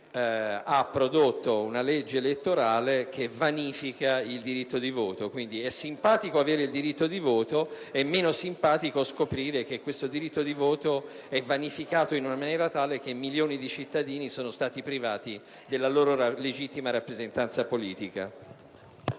ha prodotto una legge elettorale che vanifica il diritto di voto. Quindi, è simpatico avere il diritto di voto; è meno simpatico scoprire che questo diritto di voto è vanificato tanto che milioni di cittadini sono stati privati della loro legittima rappresentanza politica.